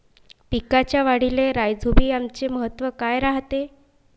पिकाच्या वाढीले राईझोबीआमचे महत्व काय रायते?